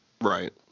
Right